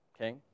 okay